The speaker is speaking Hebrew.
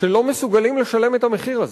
שלא מסוגלים לשלם את המחיר הזה.